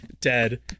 dead